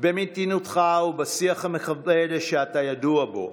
במתינותך ובשיח המכבד שאתה ידוע בו,